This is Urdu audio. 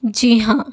جی ہاں